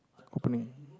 opening